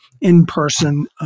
in-person